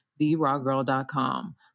TheRawGirl.com